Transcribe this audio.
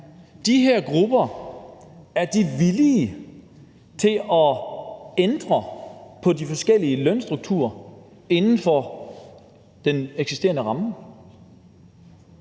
de her grupper er villige til at ændre på de forskellige lønstrukturer inden for den eksisterende ramme,